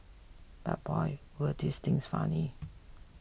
but boy were these things funny